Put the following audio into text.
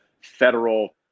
federal